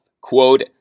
quote